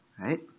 right